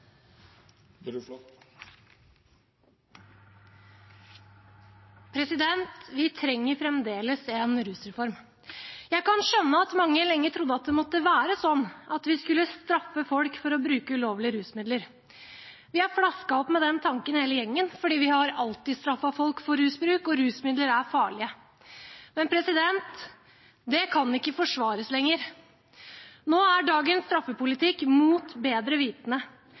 Vi trenger fremdeles en rusreform. Jeg kan skjønne at mange lenge trodde at det måtte være sånn at vi skulle straffe folk for å bruke ulovlige rusmidler. Vi er flasket opp med den tanken, hele gjengen, fordi vi alltid har straffet folk for rusbruk – og rusmidler er farlige. Men det kan ikke forsvares lenger. Nå er dagens straffepolitikk mot bedre vitende.